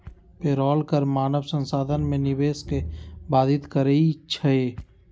payroll कर मानव संसाधन में निवेश के बाधित करइ छै